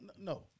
no